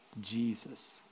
Jesus